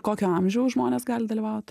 kokio amžiaus žmonės gali dalyvaut